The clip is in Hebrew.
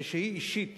כשהיא אישית